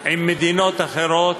עם מדינות אחרות,